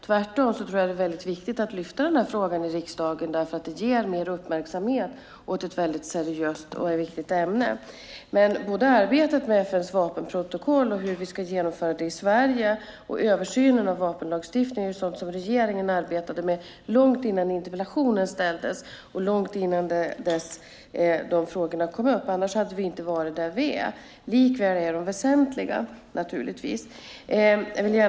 Tvärtom tror jag att det är väldigt viktigt att lyfta upp den här frågan i riksdagen, för det ger mer uppmärksamhet åt ett seriöst och viktigt ämne. Men både arbetet med FN:s vapenprotokoll, och hur vi ska genomföra det i Sverige, och översynen av vapenlagstiftningen är sådant som regeringen har arbetat med långt innan interpellationen ställdes och långt innan de frågorna kom upp. Annars hade vi inte varit där vi är. Det är naturligtvis det väsentliga.